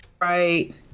Right